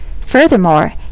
Furthermore